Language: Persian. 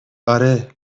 آره